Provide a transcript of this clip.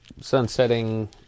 sunsetting